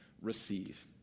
receive